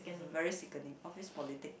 very sickening office politic